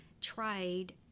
tried